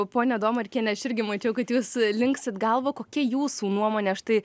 ponia domarkiene aš irgi mačiau kad jūs liksit galvą kokia jūsų nuomonė štai